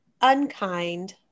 unkind